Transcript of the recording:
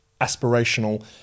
aspirational